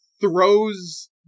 throws